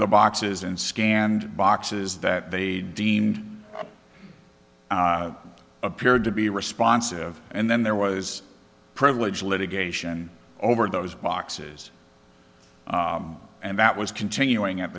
the boxes and scanned boxes that they deemed appeared to be responsive and then there was privilege litigation over those boxes and that was continuing at